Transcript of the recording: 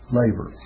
labor